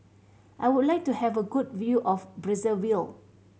I would like to have a good view of Brazzaville